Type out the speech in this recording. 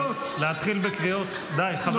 ההטרלות שלכם, תחפשו מישהו אחר שיענה.